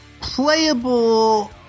playable